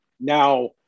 Now